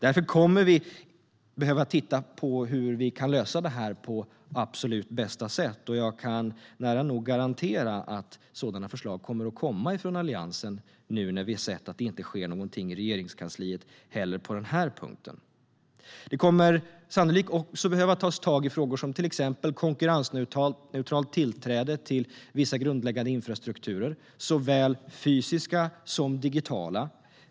Därför kommer vi att behöva titta på hur vi kan lösa det här på absolut bästa sätt. Jag kan nära nog garantera att sådana förslag kommer att komma från Alliansen, nu när vi har sett att det inte sker någonting i Regeringskansliet - på den punkten heller. Det kommer sannolikt också att behöva tas tag i till exempel konkurrensneutralt tillträde till vissa grundläggande infrastrukturer, såväl fysiska som digitala.